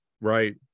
Right